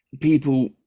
people